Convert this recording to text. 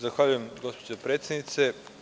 Zahvaljujem, gospođo predsednice.